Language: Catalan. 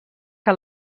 que